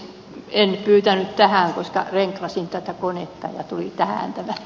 en pyytänyt tähän costa rica sun tätä konetta tuli vähän